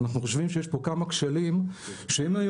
אנחנו חושבים שיש פה כמה כשלים שאם היו